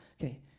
Okay